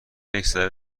یکذره